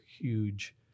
huge